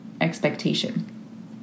expectation